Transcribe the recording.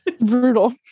brutal